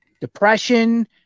depression